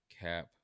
Cap